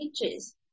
pictures